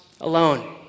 alone